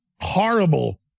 horrible